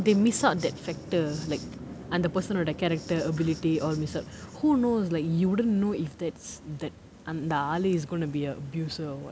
they miss out that factor like அந்த:antha person ஓட:oda character ability all miss out who knows like you wouldn't know if this that அந்த ஆளு:antha aalu is gonna be a abuser or [what]